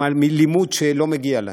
עם אלימות שלא מגיעה להם.